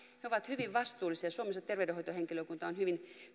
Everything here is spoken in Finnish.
he ovat hyvin vastuullisia suomalainen terveydenhoitohenkilökunta on hyvin